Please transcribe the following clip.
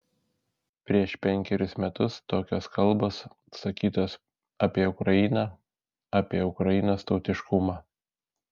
prieš penkerius metus tokios kalbos sakytos apie ukrainą apie ukrainos tautiškumą